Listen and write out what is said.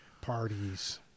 parties